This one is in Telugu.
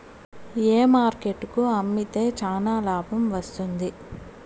ఏ మార్కెట్ కు అమ్మితే చానా లాభం వస్తుంది?